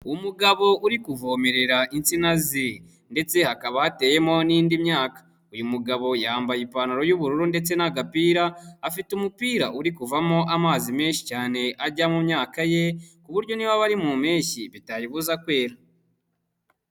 Umugabo uri kuvomerera insina ze ndetse hakaba hateyemo n'indi myaka. Uyu mugabo yambaye ipantaro y'ubururu ndetse n'agapira, afite umupira uri kuvamo amazi menshi cyane ajya mu myaka ye ku buryo niba bari mu mpeshyi bitayibuza kwera.